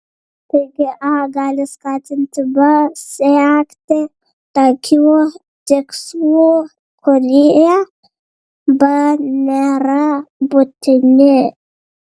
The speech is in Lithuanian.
taigi a gali skatinti b siekti tokių tikslų kurie b nėra būtini